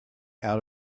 out